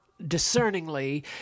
discerningly